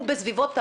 הוא בסביבות המאה,